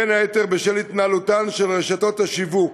בין היתר בשל התנהלותן של רשתות השיווק,